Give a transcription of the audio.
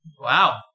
Wow